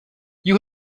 you